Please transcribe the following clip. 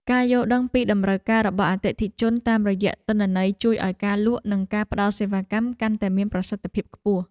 ការយល់ដឹងពីតម្រូវការរបស់អតិថិជនតាមរយៈទិន្នន័យជួយឱ្យការលក់ និងការផ្ដល់សេវាកម្មកាន់តែមានប្រសិទ្ធភាពខ្ពស់។